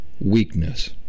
weakness